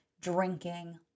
drinking